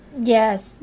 yes